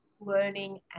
learning